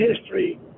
history